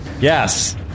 Yes